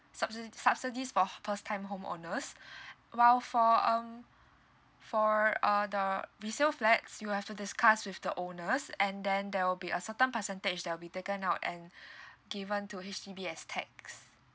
subsi~ subsidies for first time time homeowners while for um for uh the resale flat you have to discuss with the owners and then there will be a certain percentage that'll be taken out and given to H_D_B s tax